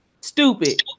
Stupid